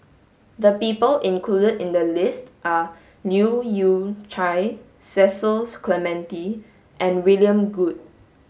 the people included in the list are Leu Yew Chye Cecil Clementi and William Goode